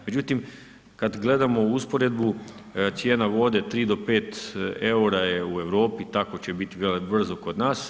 Međutim, kad gledamo usporedbu cijena vode 3 do 5 eura je u Europi, tako će biti vrlo brzo kod nas.